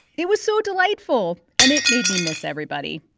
it was so delightful, and it made me miss everybody.